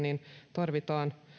tarvitaan